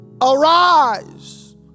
arise